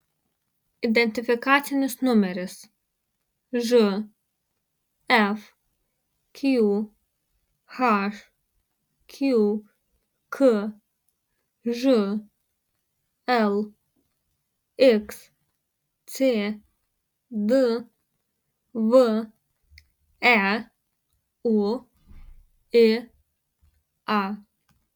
identifikacinis numeris žfqh qkžl xcdv euia